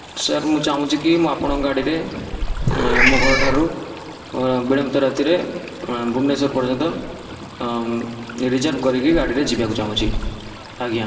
sir ମୁଁ ଚାହୁଁଛି କି ମୁଁ ଆପଣଙ୍କ ଗାଡ଼ିରେ ମୋ ଘର ଠାରୁ ବିଳମ୍ବିତ ରାତିରେ ଭୁବନେଶ୍ୱର ପର୍ଯ୍ୟନ୍ତ ରିଜର୍ଭ କରିକି ଗାଡ଼ିରେ ଯିବାକୁ ଚାହୁଁଛି ଆଜ୍ଞା